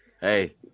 hey